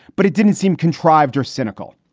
but it didn't seem contrived or cynical.